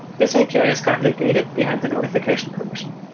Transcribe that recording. this api is currently gated behind the notification permission,